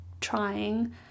trying